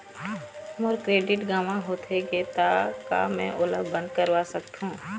मोर credit गंवा होथे गे ता का मैं ओला बंद करवा सकथों?